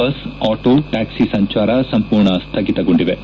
bus auto taxi ಸಂಚಾರ ಸಂಪೂರ್ಣ ಸ್ಥಗಿತಗೊಂಡಿವೆ